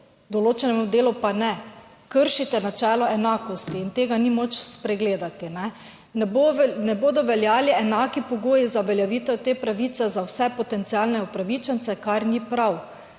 določenemu delu pa ne, kršite načelo enakosti in tega ni moč spregledati. Ne bodo veljali enaki pogoji za uveljavitev te pravice za vse potencialne upravičence, kar ni prav.